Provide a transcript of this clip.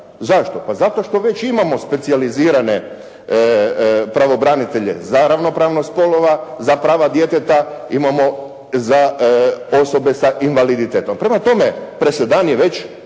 Zašto? Pa zato što već imamo specijalizirane pravobranitelje za ravnopravnost spolova, za prava djeteta, imamo osobe sa invaliditetom. Prema tome, presedan je već